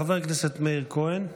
חבר הכנסת מאיר כהן.